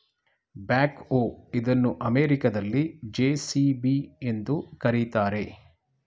back ಹೋ ಇದನ್ನು ಅಮೆರಿಕದಲ್ಲಿ ಜೆ.ಸಿ.ಬಿ ಎಂದು ಕರಿತಾರೆ